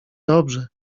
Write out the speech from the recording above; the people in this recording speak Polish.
dobrze